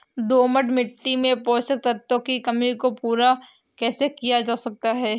दोमट मिट्टी में पोषक तत्वों की कमी को पूरा कैसे किया जा सकता है?